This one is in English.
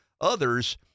others